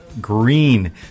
green